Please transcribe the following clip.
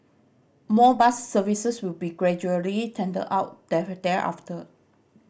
more bus services will be gradually tendered out there thereafter